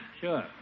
Sure